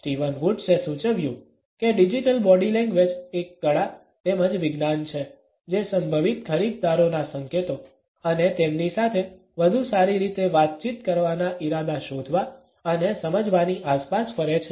Steven વુડ્સે સૂચવ્યું કે ડિજિટલ બોડી લેંગ્વેજ એક કળા તેમજ વિજ્ઞાન છે જે સંભવિત ખરીદદારોના સંકેતો અને તેમની સાથે વધુ સારી રીતે વાતચીત કરવાના ઇરાદા શોધવા અને સમજવાની આસપાસ ફરે છે